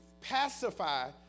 pacify